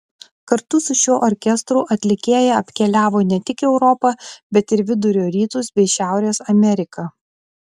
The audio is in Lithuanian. kartu su šiuo orkestru atlikėja apkeliavo ne tik europą bet ir vidurio rytus bei šiaurės ameriką